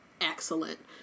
excellent